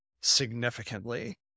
significantly